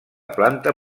planta